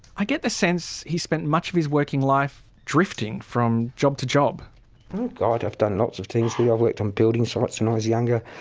i get the sense he spent much of his working life drifting from job to job. oh god i've done lots of things, we, i've worked on building sites and i was younger,